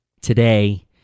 Today